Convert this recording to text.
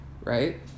Right